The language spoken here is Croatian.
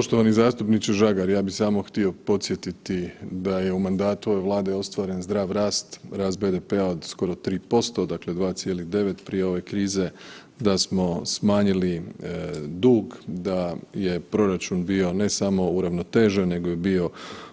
Poštovani zastupniče Žagar, ja bih samo htio podsjetiti da u mandatu ove Vlade ostvaren zdrav rast, rast BDP-a od skoro 3%, dakle 2,9% prije ove krize, da smo smanjili dug, da je proračun bio ne samo uravnotežen nego je bio